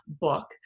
book